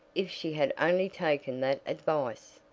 if she had only taken that advice!